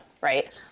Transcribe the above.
right